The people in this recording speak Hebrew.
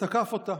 תקף אותה.